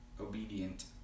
obedient